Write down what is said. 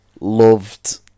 loved